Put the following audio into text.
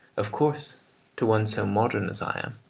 of course to one so modern as i am,